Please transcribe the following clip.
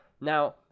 now